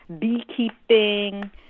beekeeping